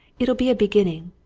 it'll be a beginning.